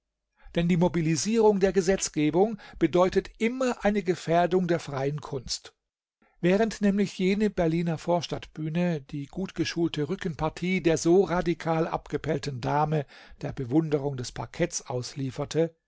denn die mobilisierung der gesetzgebung bedeutet immer eine gefährdung der freien kunst während nämlich jene berliner vorstadtbühne die gutgeschulte rückenpartie der so radikal abgepellten dame der bewunderung des parketts auslieferte